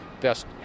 best